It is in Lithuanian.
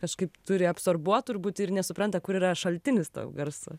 kažkaip turi absorbuot turbūt ir nesupranta kur yra šaltinis to garso